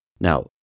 Now